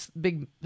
big